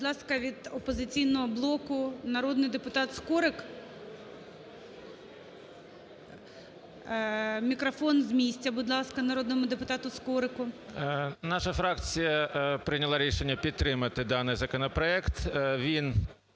Наша фракція прийняла рішення підтримати даний законопроект. Він